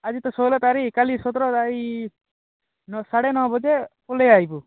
ଆଜି ତ ଷୋହଳ ତାରିଖ୍ କାଲି ସତର୍ ତାରିଖ ସାଢ଼େ ନଟା ବଜେ ପଲେଇ ଆଇବୁ